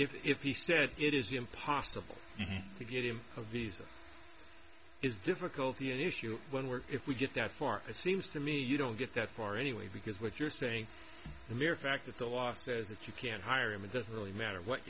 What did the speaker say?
if he said it is impossible to get him a visa is difficult the issue when we're if we get that far it seems to me you don't get that far anyway because what you're saying the mere fact that the law says that you can't hire him it doesn't really matter what